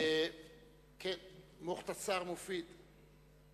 "מוכתסר מופיד".